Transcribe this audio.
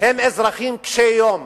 הם אזרחים קשי-יום